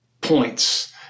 points